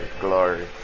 glory